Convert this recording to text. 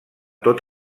tot